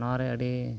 ᱱᱚᱣᱟᱨᱮ ᱟᱹᱰᱤ